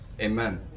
amen